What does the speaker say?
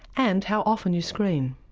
and how often you screen.